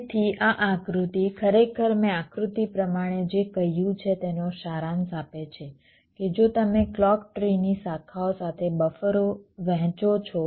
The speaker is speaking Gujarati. તેથી આ આકૃતિ ખરેખર મેં આકૃતિ પ્રમાણે જે કહ્યું છે તેનો સારાંશ આપે છે કે જો તમે ક્લૉક ટ્રીની શાખાઓ સાથે બફરો વહેંચો છો